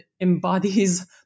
embodies